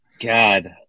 God